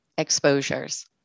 exposures